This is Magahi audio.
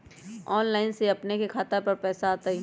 ऑनलाइन से अपने के खाता पर पैसा आ तई?